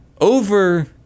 over